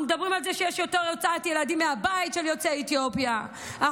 אנחנו מדברים על זה שיש יותר הוצאת ילדים יוצאי אתיופיה מהבית,